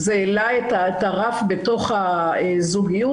זה העלה את הרף בתוך הזוגיות.